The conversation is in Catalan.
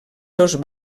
seus